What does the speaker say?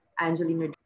Angelina